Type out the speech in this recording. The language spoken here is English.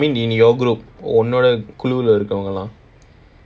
no I mean in your group உன்னோட குழுல இருக்கவங்களா:unnoda kulula irukkavangalaa